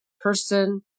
person